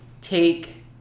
take